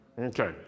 Okay